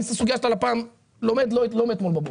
אני את הסוגיה של הלפ"מ לומד לא מאתמול בבוקר.